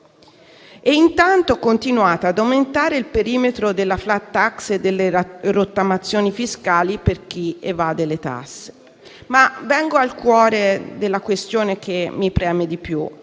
e intanto continuate ad aumentare il perimetro della *flat tax* e delle rottamazioni fiscali per chi evade le tasse. Vengo al cuore della questione che mi preme di più,